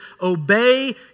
Obey